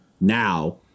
now